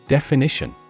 Definition